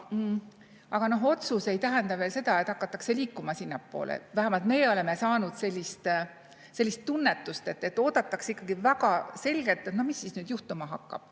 aga otsus ei tähenda veel seda, et hakatakse liikuma sinnapoole. Vähemalt meie oleme saanud sellist tunnetust, et oodatakse ikkagi väga selgelt, et no mis nüüd juhtuma hakkab,